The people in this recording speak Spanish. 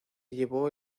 llevó